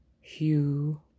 Hugh